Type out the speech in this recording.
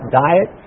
diet